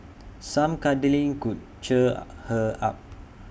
some cuddling could cheer her up